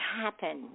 happen